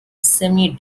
semi